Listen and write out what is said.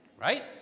Right